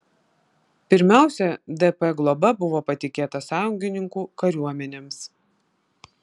pirmiausia dp globa buvo patikėta sąjungininkų kariuomenėms